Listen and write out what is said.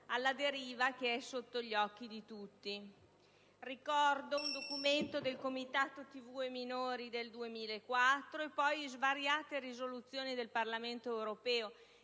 alla deriva che è sotto gli occhi di tutti. Ricordo un documento del comitato TV e minori del 2004 e poi svariate risoluzioni del Parlamento europeo,